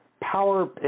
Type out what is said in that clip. Power